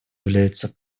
является